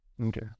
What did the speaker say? Okay